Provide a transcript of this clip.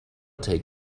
take